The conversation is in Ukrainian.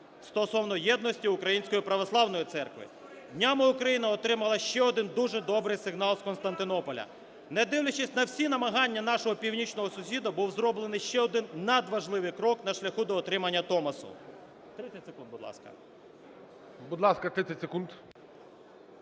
стосовно єдності Української Православної Церкви. Днями Україна отримала ще один дуже добрий сигнал від Константинополя. Не дивлячись на всі намагання нашого північного сусіда, був зроблений ще один надважливий крок на шляху до отримання Томосу.